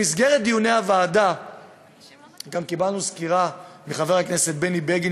במסגרת דיוני הוועדה גם קיבלנו סקירה מחבר הכנסת בני בגין,